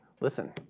Listen